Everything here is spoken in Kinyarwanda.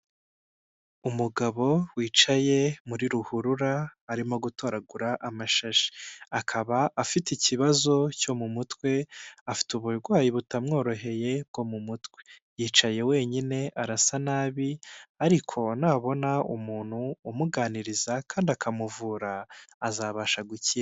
Umugabo wicaye muri ruhurura arimo gutoragura amashashi. Akaba afite ikibazo cyo mu mutwe, afite uburwayi butamworoheye bwo mu mutwe. yicaye wenyine arasa nabi, ariko nabona umuntu umuganiriza kandi akamuvura azabasha gukira.